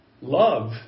Love